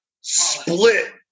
split